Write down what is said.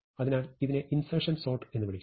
അതിനാൽ ഇതിനെ insertion sort എന്ന് വിളിക്കുന്നു